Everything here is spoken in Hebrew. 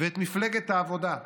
ואת מפלגת העבודה,